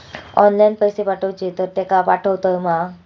Online पैसे पाठवचे तर तेका पावतत मा?